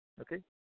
okay